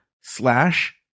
slash